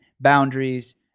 boundaries